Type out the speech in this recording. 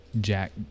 Jack